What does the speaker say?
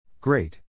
Great